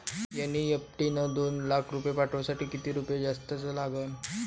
NEFT न दोन लाख पाठवासाठी किती रुपये जास्तचे द्या लागन?